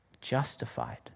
justified